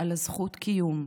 על זכות הקיום,